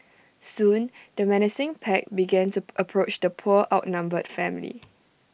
soon the menacing pack began to approach the poor outnumbered family